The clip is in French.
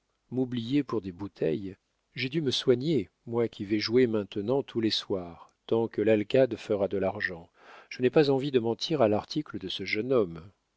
m'oublier pour des bouteilles j'ai dû me soigner moi qui vais jouer maintenant tous les soirs tant que l'alcade fera de l'argent je n'ai pas envie de mentir à l'article de ce jeune homme